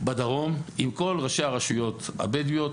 בדרום עם כל ראשי הרשויות הבדואיות